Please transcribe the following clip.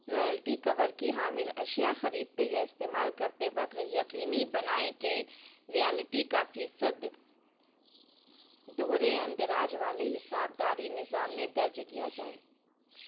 royalty cover کی حامل اشیا خریدتے یا استعمال کرتے وقت یقینی بنائیں کہ ریالٹی کا فیصد دوہرے اندراج والے حساب داری نظام میں درج کیا جائے